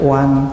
one